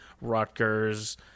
Rutgers